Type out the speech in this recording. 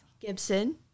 Gibson